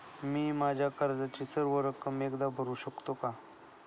मी माझ्या कर्जाची सर्व रक्कम एकदा भरू शकतो का?